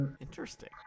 interesting